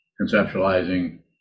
conceptualizing